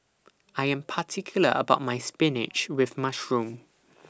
I Am particular about My Spinach with Mushroom